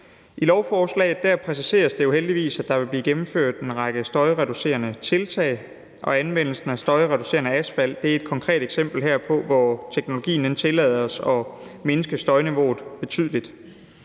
I lovforslaget præciseres det heldigvis, at der vil blive gennemført en række støjreducerende tiltag, og anvendelsen af støjreducerende asfalt er et konkret eksempel på, hvor teknologien gør det muligt for os at mindske støjniveauet betydeligt.